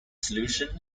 solution